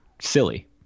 silly